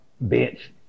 Bench